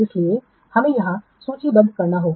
इसलिए हमें यहां सूचीबद्ध करना होगा